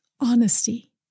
honesty